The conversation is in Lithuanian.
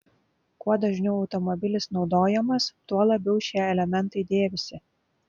kuo dažniau automobilis naudojamas tuo labiau šie elementai dėvisi